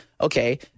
okay